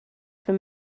for